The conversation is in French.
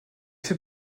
fait